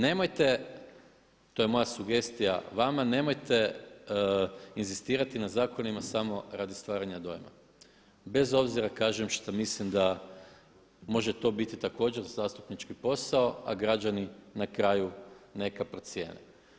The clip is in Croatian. Nemojte, to je moja sugestija vama, nemojte inzistirati na zakonima samo radi stvaranja dojma, bez obzira što mislim da može to biti također zastupnički posao, a građani na kraju neka procijene.